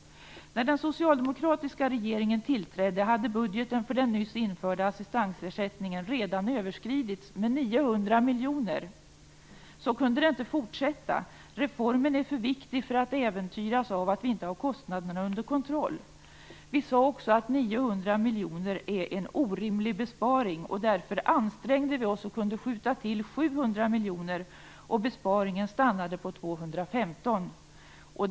När den socialdemokratiska regeringen tillträdde hade budgeten för den nyss införda assistansersättningen redan överskridits med 900 miljoner. Så kunde det inte fortsätta. Reformen är för viktig för att äventyras av att vi inte har kostnaderna under kontroll. Vi sade också att 900 miljoner är en orimlig besparing. Därför ansträngde vi oss och kunde skjuta till 700 miljoner. Därmed stannade besparingen på 215 miljoner.